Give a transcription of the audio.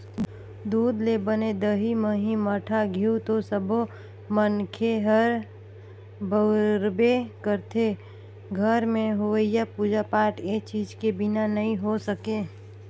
दूद ले बने दही, मही, मठा, घींव तो सब्बो मनखे ह बउरबे करथे, घर में होवईया पूजा पाठ ए चीज के बिना नइ हो सके